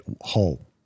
whole